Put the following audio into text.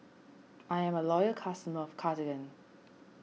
I am a loyal customer of Cartigain